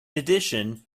addition